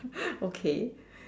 okay